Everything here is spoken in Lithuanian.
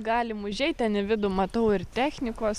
galim užeit ten į vidų matau ir technikos